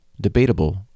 debatable